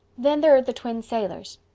then there are the twin sailors.